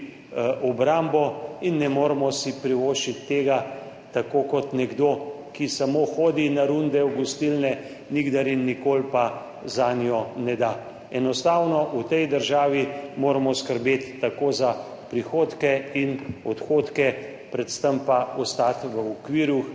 obrambo in ne moremo si privoščiti tega, tako kot nekdo, ki samo hodi na runde v gostilne, nikdar in nikoli pa zanjo ne da. Enostavno moramo v tej državi skrbeti tako za prihodke in odhodke, predvsem pa ostati v okviru